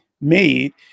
made